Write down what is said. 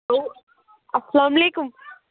hello السلام علیکم